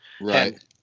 Right